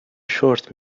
شرت